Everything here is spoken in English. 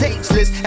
Ageless